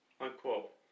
Unquote